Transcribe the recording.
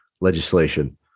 legislation